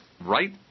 right